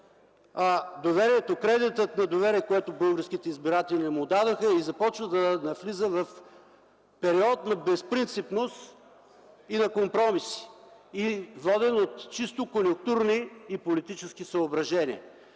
да губи от кредита на доверие, който българските избиратели му дадоха, и започва да навлиза в период на безпринципност и на компромиси или водени от чисто конюнктурни и политически съображения.